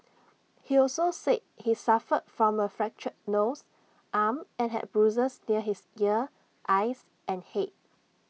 he also said he suffered from A fractured nose arm and had bruises near his ear eyes and Head